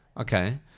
Okay